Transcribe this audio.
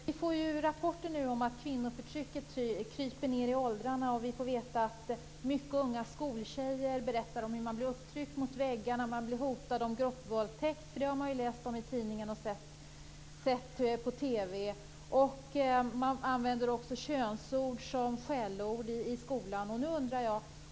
Fru talman! Jag har en fråga till justitieministern om kvinnofrid. Vi får rapporter om att kvinnoförtrycket kryper ned i åldrarna. Många unga skoltjejer berättar om hur de blir upptryckta mot väggarna och hotade om gruppvåldtäkt, som har visats på TV. Det används även könsord som skällsord i skolan.